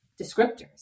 descriptors